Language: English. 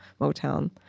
Motown